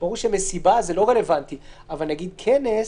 ברור שמסיבה לא רלוונטית אבל כנס,